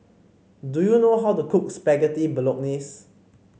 do you know how to cook Spaghetti Bolognese